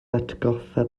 atgoffa